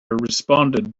responded